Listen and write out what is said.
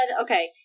okay